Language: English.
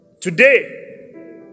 Today